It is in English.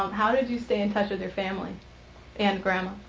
um how did you stay in touch with your family and grandma